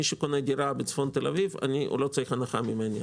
מי שקונה דירה בצפון תל אביב לא צריך הנחה ממני.